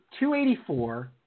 284